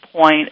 point